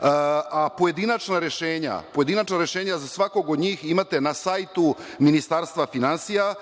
a pojedinačna rešenja za svakog od njih imate na sajtu Ministarstva finansija,